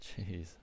Jeez